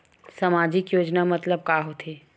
सामजिक योजना मतलब का होथे?